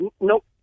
Nope